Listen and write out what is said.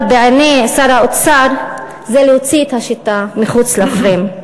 אבל בעיני שר האוצר זה להוציא את השיטה מחוץ לפריים.